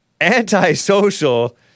Antisocial